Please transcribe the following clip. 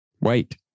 wait